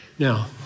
Now